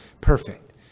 perfect